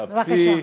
תאפסי,